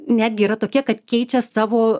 netgi yra tokie kad keičia savo